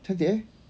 cantik eh